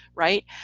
right.